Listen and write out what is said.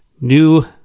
new